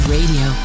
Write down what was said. Radio